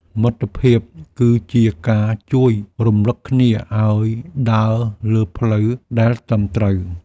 មិត្តភាពគឺជាការជួយរំលឹកគ្នាឱ្យដើរលើផ្លូវដែលត្រឹមត្រូវ។